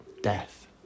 death